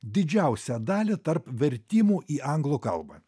didžiausią dalį tarp vertimų į anglų kalbą